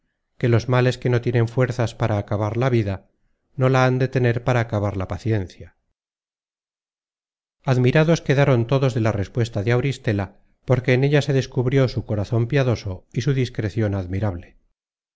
que los males que no tienen fuerzas para acabar la vida no la han de tener para acabar la paciencia admirados quedaron todos de la respuesta de auristela porque en ella se descubrió su corazon piadoso y su discrecion admirable